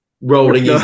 rolling